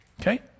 Okay